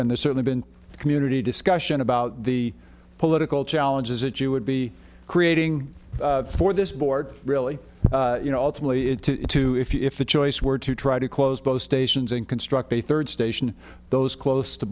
and there's certainly been a community discussion about the political challenges that you would be creating for this board really you know ultimately it to two if the choice were to try to close both stations and construct a third station those close to